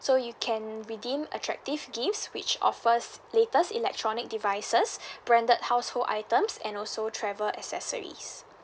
so you can redeem attractive gifts which offers latest electronic devices branded household items and also travel accessories